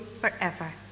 forever